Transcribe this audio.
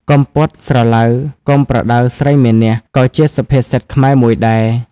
កុំពត់ស្រឡៅកុំប្រដៅស្រីមានះ ក៏ជាសុភាសិតខ្មែរមួយដែរ។